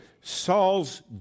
Saul's